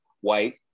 white